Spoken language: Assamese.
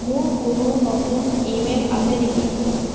মোৰ কোনো নতুন ইমেইল আছে নেকি